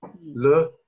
le